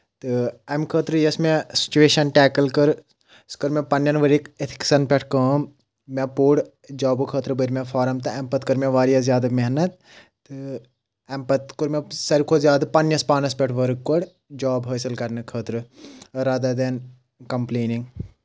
تہٕ اَمہِ خٲطرٕ یۄس مےٚ سُچویشن ٹیکٕل کٔر سۄ کٔر مےٚ پنٕنؠن ؤرۍ یکۍ اِتھِکسن پؠٹھ کٲم مےٚ پوٚر جابو خٲطرٕ بٔرۍ مےٚ فارَم تہٕ امہِ پَتہٕ کٔر مےٚ واریاہ زیادٕ محنت تہٕ اَمہِ پتہٕ کوٚر مےٚ ساروٕے کھۄتہٕ زیادٕ پنٕنِس پانس پؠٹھ ؤرٕک گۄڈ جاب حٲصِل کرنہٕ خٲطرٕ رادر دین کمپلینِنٛگ